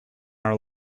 our